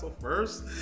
first